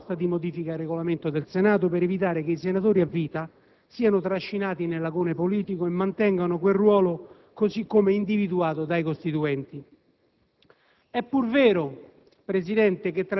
A tale riguardo ho presentato una proposta di modifica del Regolamento del Senato per evitare che i senatori a vita siano trascinati nell'agone politico e mantengano quel ruolo così come individuato dai Costituenti.